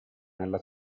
nella